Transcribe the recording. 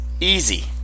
Easy